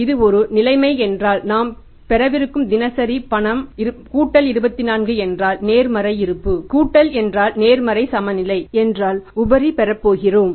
இது ஒரு நிலைமை என்றால் நாம் பெறவிருக்கும் தினசரி பண 24 என்றால் நேர்மறை இருப்பு என்றால் உபரி பெறப்போகிறோம்